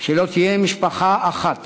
שלא תהיה משפחה אחת